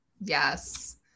Yes